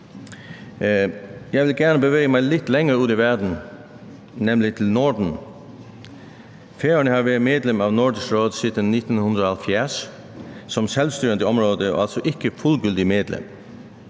Jeg vil gerne bevæge mig lidt længere ud i verden, nemlig til Norden. Færøerne har været medlem af Nordisk Råd siden 1970 som selvstyrende område og altså ikke fuldgyldigt medlem.